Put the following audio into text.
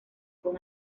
con